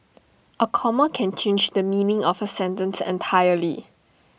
A comma can change the meaning of A sentence entirely